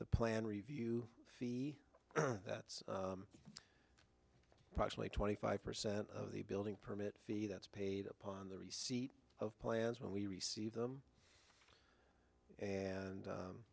the plan review fee that's approximately twenty five percent of the building permit fee that's paid upon the receipt of plans when we receive them and